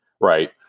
Right